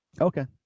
Okay